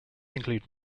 include